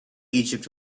egypt